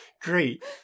great